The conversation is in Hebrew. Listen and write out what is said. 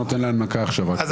אנחנו